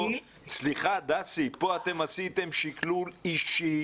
סליחה, דסי, פה אתם עשיתם שקלול אישי